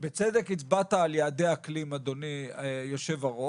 בצדק הצבעת על יעדי אקלים, אדוני היו"ר,